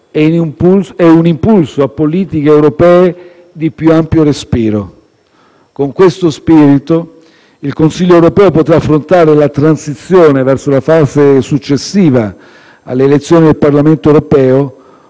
e un impulso a politiche europee di più ampio respiro. Con questo spirito, il Consiglio europeo potrà affrontare la transizione verso la fase successiva alle elezioni del Parlamento europeo,